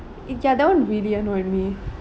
it ya that one really annoyed me